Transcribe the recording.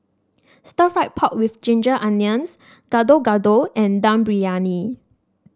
Stir Fried Pork with Ginger Onions Gado Gado and Dum Briyani